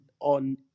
on